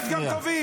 יש גם טובים,